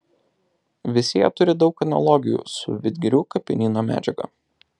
visi jie turi daug analogijų su vidgirių kapinyno medžiaga